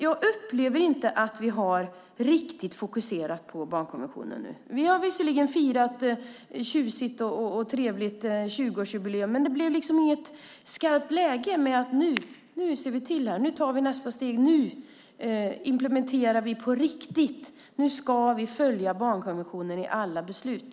Jag upplever att vi inte riktigt har fokuserat på barnkonventionen. Vi har visserligen firat ett tjusigt och trevligt 20-årsjubileum, men det blev liksom inget skarpt läge med att se till att ta nästa steg nu , att implementera på riktigt så att vi följer barnkonventionen i alla beslut.